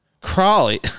Crawley